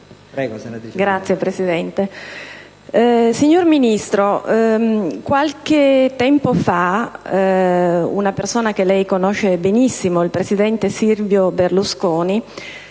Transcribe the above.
Signor Presidente, signor Ministro, qualche tempo fa una persona che lei conosce benissimo, il presidente del Consiglio